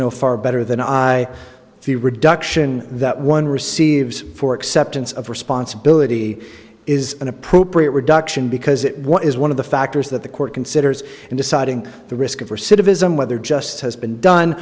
know far better than i the reduction that one receives for acceptance of responsibility is an appropriate reduction because it was one of the factors that the court considers in deciding the risk of recidivism whether just has been done